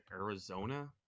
Arizona